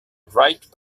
wright